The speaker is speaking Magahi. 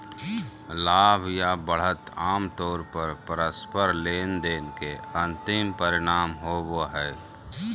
लाभ या बढ़त आमतौर पर परस्पर लेनदेन के अंतिम परिणाम होबो हय